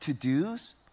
to-dos